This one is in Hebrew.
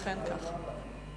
אכן כך.